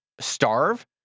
starve